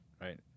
right